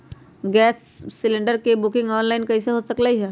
Gas cylinder के booking online कईसे हो सकलई ह?